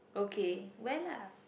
okay wear lah